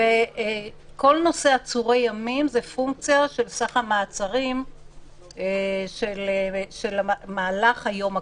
כל נושא עצורי ימים זה פונקציה של סך המעצרים של מהלך היום הקודם.